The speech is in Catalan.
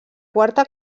quarta